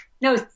No